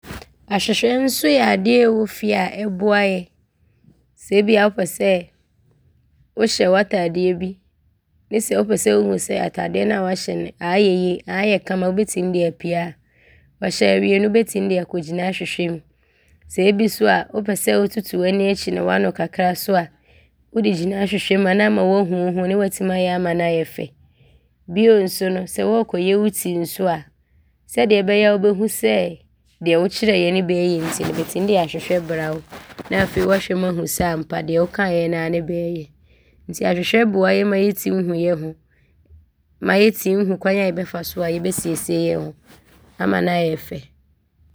Ahwehwɛ nso yɛ adeɛ a ɔwɔ fie a ɔboa yɛ sɛ ebia wopɛ sɛ wohyɛ w’ataadeɛ bi ne sɛ wopɛ sɛ wohu sɛ ataadeɛ no a woahyɛ no aayɛ yie, aayɛ kama wobɛtim de apie a, woahyɛ awie no, wobɛtim de akɔgyina ahwehwɛ mu sɛ ebi nso a wopɛ sɛ wototo w’ani akyi ne w’ano kakra so a, wode gyina ahwehwɛ mu a ne aama woahu wo ho ne woatim ayɛ ama ne ayɛ fɛ. Bio so no, sɛ wɔɔkɔyɛ wo ti so a, sɛdeɛ ɛbɛyɛ a wobɛhu sɛ deɛ wokyerɛeɛ ne bɛɛyɛ nti bɛtim de ahwehwɛ bra wo na afei woahwɛ mu ahu sɛ ampa deɛ wokaeɛ no ara ne bɛɛyɛ nti ahwehwɛ boa yɛ ma yɛtim hu yɛ ho ma yɛtim hu kwan a yɛbɛfa so yɛbɛsiesie yɛ ho ama ne ayɛ fɛ.